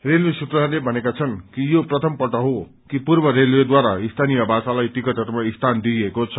railway सूत्रहरूले भनेका छन् कि यो प्रथम पल्ट हो कि पूर्व रेलवेद्वारा स्थानीय भाषालाई टिकटहरूमा स्थान दिइएको छ